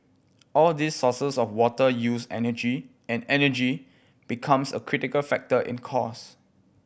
all these sources of water use energy and energy becomes a critical factor in cost